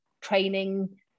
training